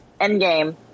Endgame